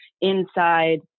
inside